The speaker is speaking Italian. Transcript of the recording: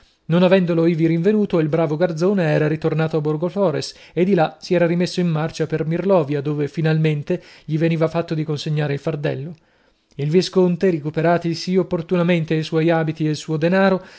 non avendolo ivi rinvenuto il bravo garzone era ritornato a borgoflores e di là si era rimesso in marcia per mirlovia dove finalmente gli veniva fatto di consegnare il fardello il visconte ricuperati sì opportunamente i suoi abiti e il suo denaro